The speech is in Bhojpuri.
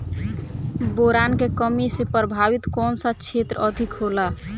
बोरान के कमी से प्रभावित कौन सा क्षेत्र अधिक होला?